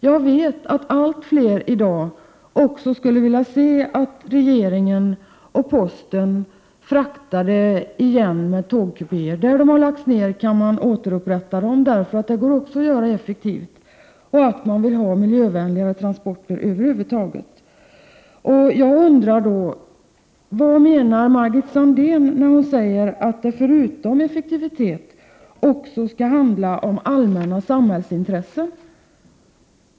Jag vet att allt fler skulle vilja se att posten återupptog transporterna med tågkupéer — där den har lagts ner kan verksamheten återupprättas — och att fler och fler vill ha miljövänligare transporter över huvud taget. Vad menar Margit Sandéhn när hon säger att det förutom effektivitet också skall handla om allmänna samhällsintressen?